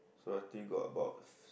so I still got about